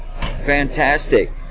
fantastic